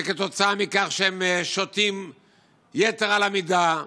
כתוצאה מכך הם שותים יתר על המידה,